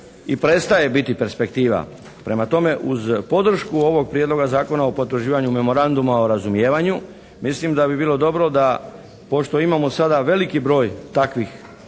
i prestaje biti perspektiva. Prema tome uz podršku ovog prijedloga zakona o potvrđivanju Memoranduma o razumijevanju, mislim da bi bilo dobro da pošto imamo sada veliki broj takvih